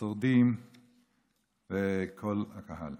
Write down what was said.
השורדים וכל הקהל,